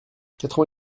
quatre